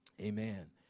amen